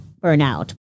burnout